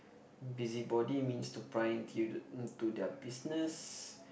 busybody means to pry into into their business